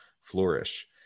flourish